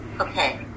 Okay